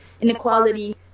inequality